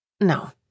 No